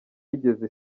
yigeze